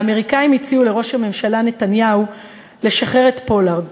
האמריקנים הציעו לראש הממשלה נתניהו לשחרר את פולארד,